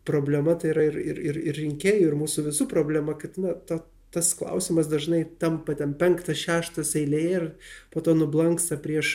problema tai yra ir ir ir ir rinkėjų ir mūsų visų problema kad na ta tas klausimas dažnai tampa ten penktas šeštas eilėje ir po to nublanksta prieš